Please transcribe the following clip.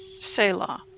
Selah